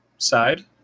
Side